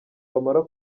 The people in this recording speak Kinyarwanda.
bamara